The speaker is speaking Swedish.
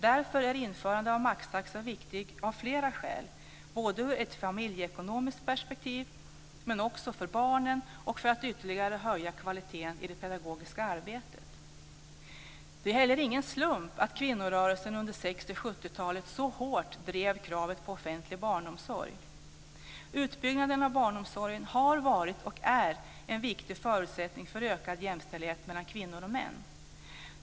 Därför är införandet av maxtaxa viktigt av flera skäl. Det handlar om ett familjeekonomiskt perspektiv, men det är också viktigt för barnen och för att man ytterligare ska kunna höja kvaliteten i det pedagogiska arbetet. Det är heller ingen slump att kvinnorörelsen under 60 och 70-talet så hårt drev kravet på offentlig barnomsorg. Utbyggnaden av barnomsorgen har varit och är en viktig förutsättning för ökad jämställdhet mellan kvinnor och män.